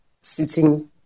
sitting